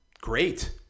Great